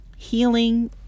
Healing